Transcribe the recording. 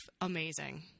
amazing